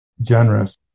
generous